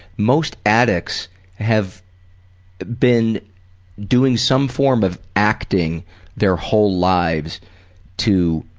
most addicts have been doing some form of acting their whole lives to